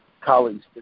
colleagues